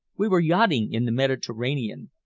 we were yachting in the mediterranean.